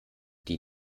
die